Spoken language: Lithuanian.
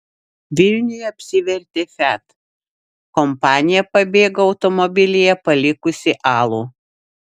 vilniuje apsivertė fiat kompanija pabėgo automobilyje palikusi alų